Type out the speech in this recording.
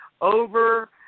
over